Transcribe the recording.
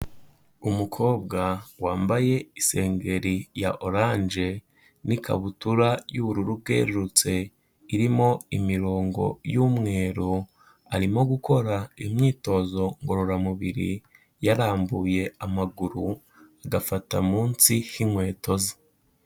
Umukobwa wambaye isengeri ya oranje n'ikabutura y'ubururu bwerurutse irimo imirongo y'umweru, arimo gukora imyitozo ngororamubiri yarambuye amaguru agafata munsi y'inkweto ze.